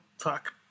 Fuck